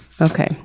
Okay